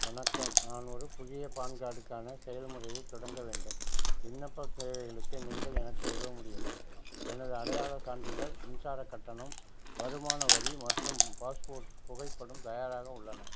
வணக்கம் நான் ஒரு புதிய பான் கார்டுக்கான செயல்முறையை தொடங்க வேண்டும் விண்ணப்பத் தேவைகளுக்கு நீங்கள் எனக்கு உதவ முடியுமா எனது அடையாள சான்றிதழ் மின்சாரக் கட்டணம் வருமான வரி மற்றும் பாஸ்போர்ட் புகைப்படம் தயாராக உள்ளன